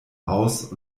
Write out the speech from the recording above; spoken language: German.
aus